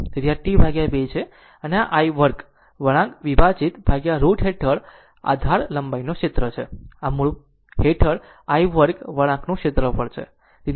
તેથી આ t 2 છે તેથી આ I 2વળાંક વિભાજિત રુટ હેઠળ આધારની લંબાઈનો ક્ષેત્ર છે આ મૂળ હેઠળ છે I 2વળાંકનું ક્ષેત્રફળ છે